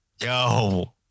yo